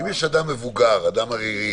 אדם מבוגר, אדם ערירי,